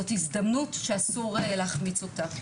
זאת הזדמנות שאסור להחמיץ אותה.